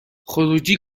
خروجی